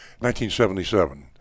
1977